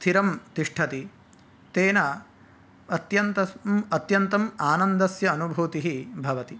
स्थिरं तिष्ठति तेन अत्यन्तस्मम् अत्यन्तम् आनन्दस्य अनुभूतिः भवति